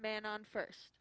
man on first